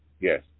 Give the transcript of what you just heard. yes